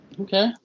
Okay